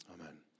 Amen